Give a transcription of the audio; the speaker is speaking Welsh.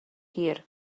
hir